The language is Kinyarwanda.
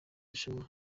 rushanwa